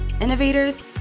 innovators